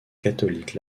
catholique